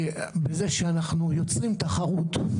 בזה שאנחנו יוצרים תחרות.